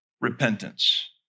repentance